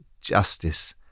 justice